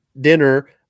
dinner